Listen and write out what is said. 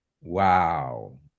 wow